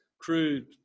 Crude